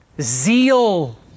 Zeal